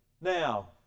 Now